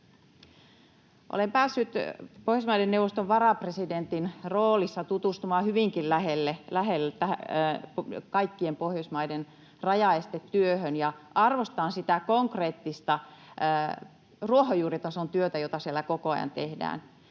Olen päässyt Pohjoismaiden neuvoston varapresidentin roolissa tutustumaan hyvinkin läheltä kaikkien Pohjoismaiden rajaestetyöhön, ja arvostan sitä konkreettista ruohonjuuritason työtä, jota siellä koko ajan tehdään.